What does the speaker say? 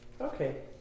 Okay